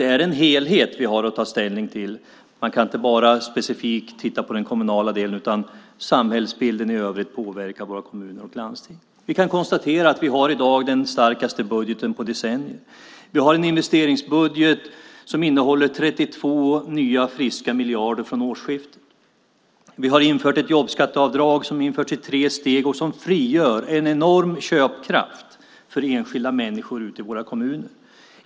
Det är en helhet vi har att ta ställning till. Man kan inte bara specifikt titta på den kommunala delen, utan samhällsbilden i övrigt påverkar även den våra kommuner och landsting. Vi kan konstatera att vi i dag har den starkaste budgeten på decennier. Vi har en investeringsbudget som innehåller 32 nya friska miljarder från årsskiftet. Vi har infört ett jobbskatteavdrag som införs i tre steg och som frigör en enorm köpkraft för enskilda människor ute i våra kommuner.